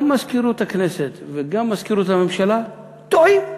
גם מזכירות הכנסת וגם מזכירות הממשלה טועות.